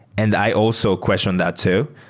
and i also question that too.